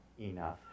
enough